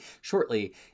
shortly